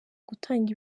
gutanga